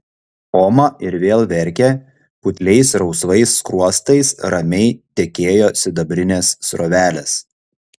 oma ir vėl verkė putliais rausvais skruostais ramiai tekėjo sidabrinės srovelės